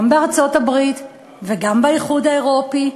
גם בארצות-הברית וגם באיחוד האירופי,